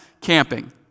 camping